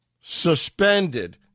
suspended